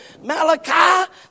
Malachi